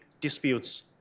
disputes